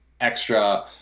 extra